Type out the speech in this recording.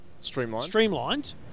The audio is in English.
streamlined